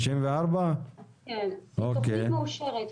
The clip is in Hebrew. כן, התכנית מאושרת.